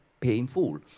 painful